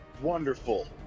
Wonderful